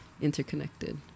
interconnected